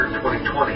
2020